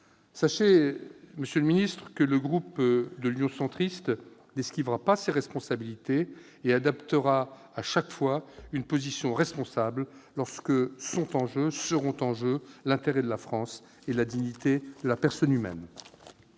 Sachez, monsieur le ministre, que le groupe Union Centriste n'esquivera pas ses responsabilités et adoptera à chaque fois une position responsable lorsque seront en jeu l'intérêt de la France et la dignité de la personne humaine.